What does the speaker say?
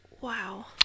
Wow